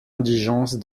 indigence